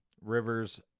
Rivers